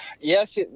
yes